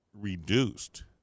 reduced